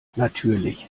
natürlich